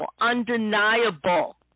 undeniable